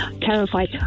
Terrified